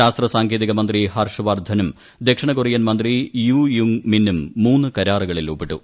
ശാസ്ത്രസാങ്കേതിക മന്ത്രി ഹർഷ് വർധനും ദക്ഷിണ കൊറിയൻ മന്ത്രി യു യുങ്ങ് മിന്നും മൂന്നു കരാറുകളിൽ ഒപ്പിട്ടു